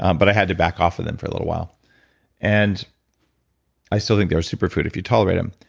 um but i had to back off of them for a little while and i still think they're a superfood if you tolerate them.